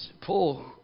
Paul